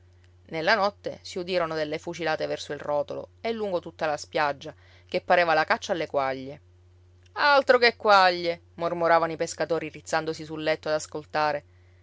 nella notte si udirono delle fucilate verso il rotolo e lungo tutta la spiaggia che pareva la caccia alle quaglie altro che quaglie mormoravano i pescatori rizzandosi sul letto ad ascoltare